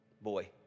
Boy